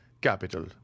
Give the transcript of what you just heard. Capital